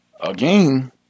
again